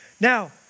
Now